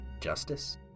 Justice